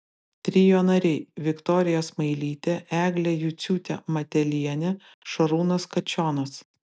trio nariai viktorija smailytė eglė juciūtė matelienė šarūnas kačionas